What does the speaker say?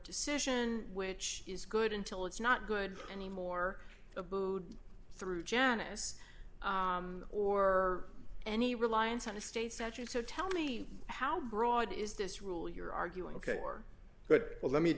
decision which is good until it's not good anymore abood through janice or any reliance on a state statute so tell me how broad is this rule you're arguing ok or good well let me